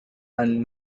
and